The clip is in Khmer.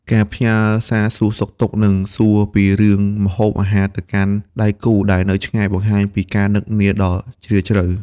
ការផ្ញើសារសួរសុខទុក្ខ និងសួរពីរឿងម្ហូបអាហារទៅកាន់ដៃគូដែលនៅឆ្ងាយ បង្ហាញពីការនឹកនាដ៏ជ្រាលជ្រៅ។